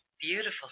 Beautiful